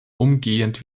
umgehend